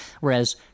Whereas